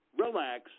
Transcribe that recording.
relax